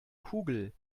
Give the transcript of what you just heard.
kugel